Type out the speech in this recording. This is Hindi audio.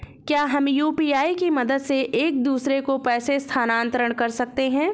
क्या हम यू.पी.आई की मदद से एक दूसरे को पैसे स्थानांतरण कर सकते हैं?